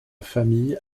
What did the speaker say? famille